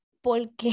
Porque